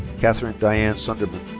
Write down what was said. kathryn diane sunderman.